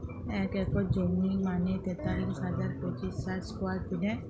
এক একর জমি মানে তেতাল্লিশ হাজার পাঁচশ ষাট স্কোয়ার ফিট